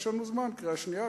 יש לנו זמן: קריאה שנייה,